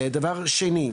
דבר שני,